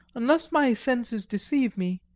unless my senses deceive me,